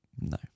No